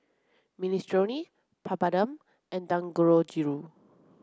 Minestrone Papadum and Dangojiru